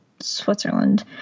Switzerland